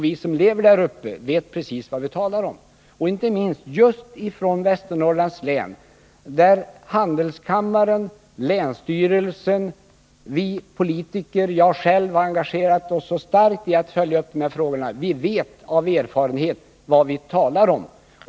Vi som lever där uppe vet precis vad vi talar om, inte minst folk från Västernorrlands län, där handelskammaren, länsstyrelsen och vi politiker — däribland jag själv — har engagerat oss starkt i att följa upp de här frågorna. Vi vet av erfarenhet vad vi talar om.